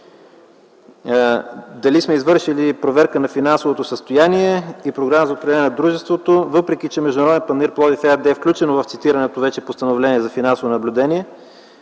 Дали сме извършили проверка на финансовото състояние на дружеството? Въпреки че „Международен панаир Пловдив” ЕАД е включено в цитираното вече постановление за финансово наблюдение,